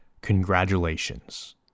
Congratulations